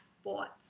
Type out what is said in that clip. sports